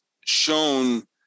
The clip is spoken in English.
shown